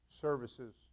services